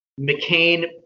McCain